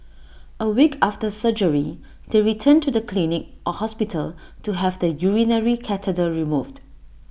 A week after surgery they return to the clinic or hospital to have the urinary catheter removed